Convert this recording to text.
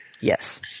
Yes